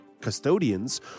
custodians